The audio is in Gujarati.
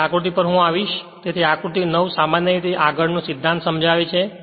તેથી આકૃતિ પર હું આવીશ તેથી આકૃતિ 9 સામાન્ય રીતે આગળ સિદ્ધાંત સમજાવે છે